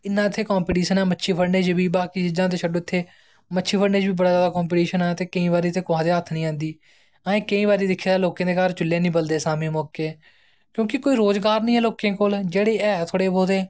इन्ना इत्थें कंपिंटीशन ऐ मच्छी फड़ने च बी बाकी चीज़ां ते छड्डो इत्थें मच्छी फड़ने च बी बड़ा जादा कंपिटिशन ऐ ते केईं बारी इत्थै कुसै दे हत्थ निं आंदी असें केईं बारी दिक्खे दा लोकें दे घर चुल्हे नी बलदे शाम्मीं मौके क्योंकि कोई रोज़गार नी ऐ लोकें कोल जेह्ड़े ऐ थोह्ड़े बोह्ते